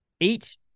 eight